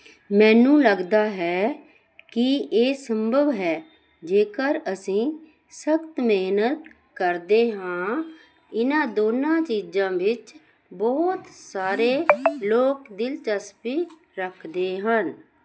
ਮੈਨੂੰ ਲੱਗਦਾ ਹੈ ਕਿ ਇਹ ਸੰਭਵ ਹੈ ਜੇਕਰ ਅਸੀਂ ਸਖ਼ਤ ਮਿਹਨਤ ਕਰਦੇ ਹਾਂ ਇਨ੍ਹਾਂ ਦੋਨਾਂ ਚੀਜ਼ਾਂ ਵਿੱਚ ਬਹੁਤ ਸਾਰੇ ਲੋਕ ਦਿਲਚਸਪੀ ਰੱਖਦੇ ਹਨ